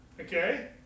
Okay